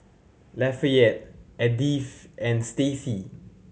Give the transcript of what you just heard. Lafayette Edythe and Stacie